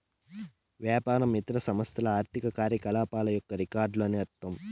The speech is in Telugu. వ్యాపారం ఇతర సంస్థల ఆర్థిక కార్యకలాపాల యొక్క రికార్డులు అని అర్థం